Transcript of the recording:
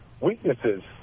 weaknesses